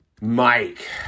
Mike